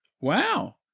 Wow